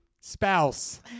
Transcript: spouse